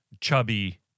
chubby